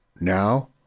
now